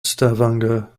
stavanger